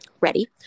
ready